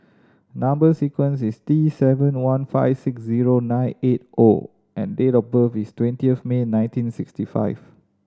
number sequence is T seven one five six zero nine eight O and date of birth is twenty of May nineteen sixty five